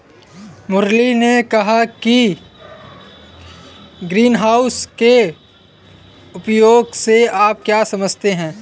मुरली ने कहा कि ग्रीनहाउस के उपयोग से आप क्या समझते हैं?